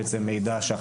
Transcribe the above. מידע.